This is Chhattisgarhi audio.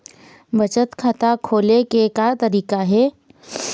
बचत खाता खोले के का तरीका हे?